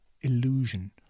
Illusion